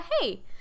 hey